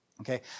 Okay